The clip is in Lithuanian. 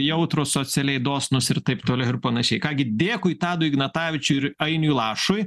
jautrūs socialiai dosnūs ir taip toliau ir panašiai ką gi dėkui tadui ignatavičiui ir ainiui lašui